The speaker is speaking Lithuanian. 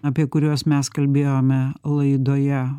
apie kuriuos mes kalbėjome laidoje